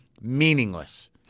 meaningless